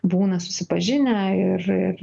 būna susipažinę ir ir